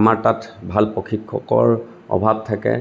আমাৰ তাত ভাল প্ৰশিক্ষকৰ অভাৱ থাকে